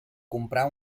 comprar